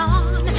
on